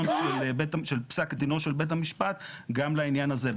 של פסק דינו של בית המשפט גם לעניין הזה.